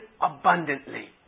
abundantly